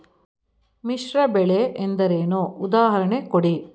ಮಿಶ್ರ ಬೆಳೆ ಎಂದರೇನು, ಉದಾಹರಣೆ ಕೊಡಿ?